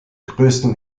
größten